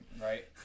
Right